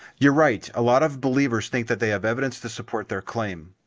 you're right. a lot of believers think that they have evidence to support their claim.